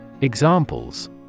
Examples